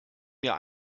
mir